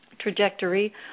trajectory